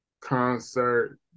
concert